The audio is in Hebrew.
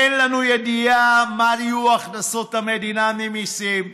אין לנו ידיעה מה יהיו הכנסות המדינה ממיסים,